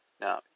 Now